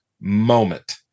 moment